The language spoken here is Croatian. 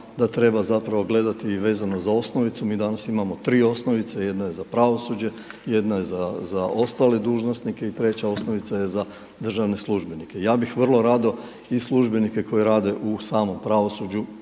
da treba zapravo gledati vezano uz osnovicu, mi danas imamo 3 osnovice, jedna je za pravosuđe, jedna je za ostale dužnosnike i treća osnovica je za državne službenike. Ja bi vrlo rado i službenike koji rade u samom pravosuđu